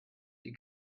die